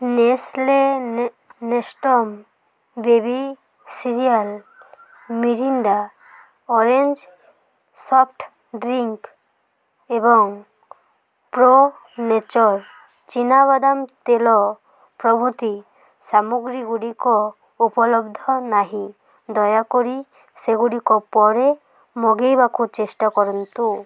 Nestle ନେ Nestum baby cereal Mirinda orange soft drinks ଏବଂ Pro Nature ଚୀନାବାଦାମ ତେଲ ପ୍ରଭୃତି ସାମଗ୍ରୀ ଗୁଡ଼ିକ ଉପଲବ୍ଧ ନାହିଁ ଦୟାକରି ସେଗୁଡ଼ିକ ପରେ ମଗେଇବାକୁ ଚେଷ୍ଟା କରନ୍ତୁ